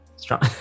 strong